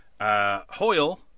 Hoyle